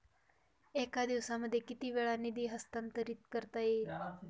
एका दिवसामध्ये किती वेळा निधी हस्तांतरीत करता येईल?